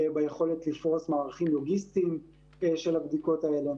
ביכולת לפרוס מערכים לוגיסטיים של הבדיקות האלה.